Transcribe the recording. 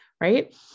right